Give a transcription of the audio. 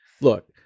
look